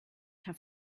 have